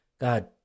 god